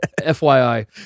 FYI